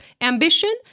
ambition